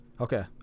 okay